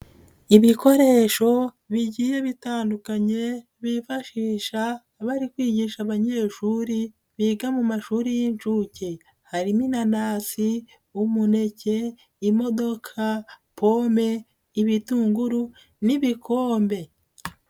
Ibikoresho bigiye bitandukanye bifashisha bari kwigisha abanyeshuri biga mu mashuri y'inshuke, harimo inanasi, umuneke, imodoka, pome, ibitunguru n'ibikombe.